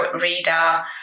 reader